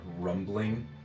rumbling